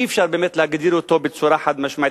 אי-אפשר באמת להגדיר אותו בצורה חד-משמעית.